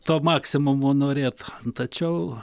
to maksimumo norėt tačiau